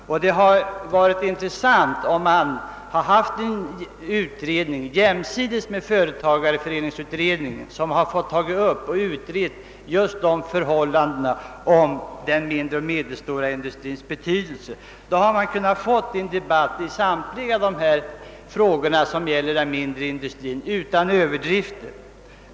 Det hade varit intressant om vi hade haft en utredning jämsides med företagareföreningsutredningen som hade fått ta upp och utrett just frågan om den mindre och medelstora industrins betydelse. Då hade man kunnat föra en debatt i samtliga de frågor som gäller den mindre industrin utan att göra sig skyldig till överdrifter.